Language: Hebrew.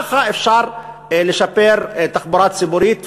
ככה אפשר לשפר תחבורה ציבורית,